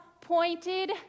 pointed